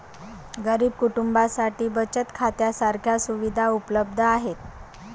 गरीब कुटुंबांसाठी बचत खात्या सारख्या सुविधा उपलब्ध आहेत